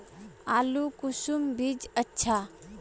आलूर कुंसम बीज अच्छा?